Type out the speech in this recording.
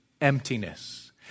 emptiness